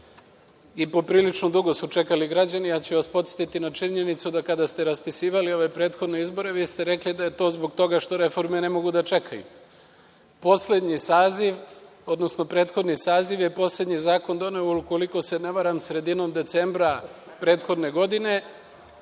i poprilično dugo su čekali građani. Ja ću vas podsetiti na činjenicu da kada ste raspisivali ove prethodne izbore, vi ste rekli da je to zbog toga što reforme ne mogu da čekaju. Poslednji saziv, odnosno prethodni saziv je poslednji zakon doneo, ukoliko se ne varam, sredinom decembra prethodne godine,